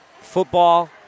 football